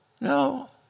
No